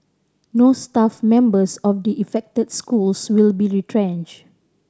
no staff members of the affected schools will be retrench